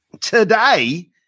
today